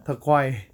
turquoise